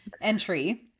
entry